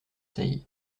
seille